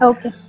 Okay